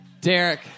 Derek